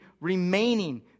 remaining